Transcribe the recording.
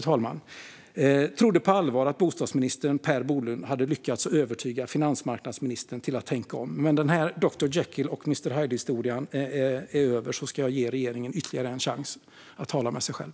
Jag trodde på allvar att bostadsminister Per Bolund hade lyckats övertyga finansmarknadsminister Per Bolund att tänka om. Men när denna Dr Jekyll och Mr Hyde-historia är över ska jag ge regeringen ytterligare en chans att tala med sig själv.